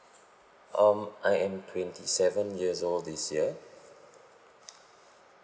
um I am twenty seven years old this year